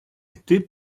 été